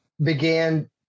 began